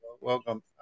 welcome